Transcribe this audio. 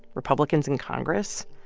republicans in congress?